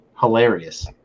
hilarious